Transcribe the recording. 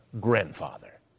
grandfather